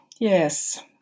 Yes